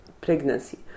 pregnancy